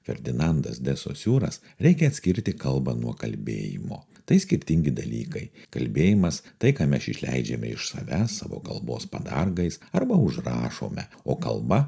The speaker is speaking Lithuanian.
ferdinandas desosiuras reikia atskirti kalbą nuo kalbėjimo tai skirtingi dalykai kalbėjimas tai ką mes išleidžiame iš savęs savo kalbos padargais arba užrašome o kalba